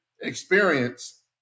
experience